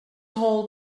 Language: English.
all